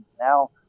now